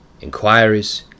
Inquiries